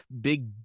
big